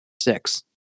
six